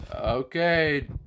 Okay